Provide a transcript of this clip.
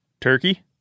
Turkey